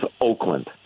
Oakland